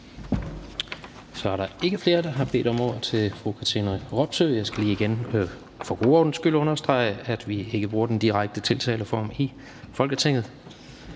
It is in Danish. Så er der ikke flere, der har bedt om ordet til fru Katrine Robsøe. Jeg skal lige igen for god ordens skyld understrege, at vi ikke bruger den direkte tiltaleform i Folketinget.